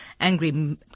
Angry